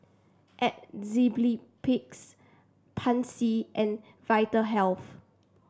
Pansy and Vitahealth